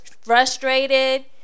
frustrated